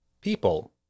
people